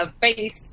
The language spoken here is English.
face